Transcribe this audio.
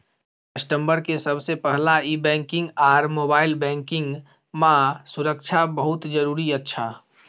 customer के सबसे पहला ई बैंकिंग आर मोबाइल बैंकिंग मां सुरक्षा बहुत जरूरी अच्छा